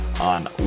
on